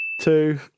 two